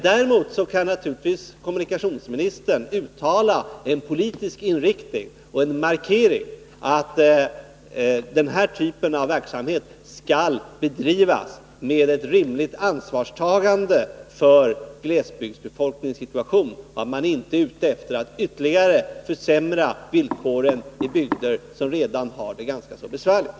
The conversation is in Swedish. Däremot kan kommunikationsministern uttala en politisk inriktning och en markering att den här typen av verksamhet skall bedrivas med ett rimligt ansvarstagande för glesbygdsbefolkningens situation — om man inte är ute efter att ytterligare försämra villkoren för bygder som redan har det ganska besvärligt.